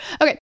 Okay